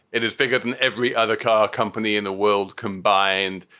it is bigger than every other car company in the world combined.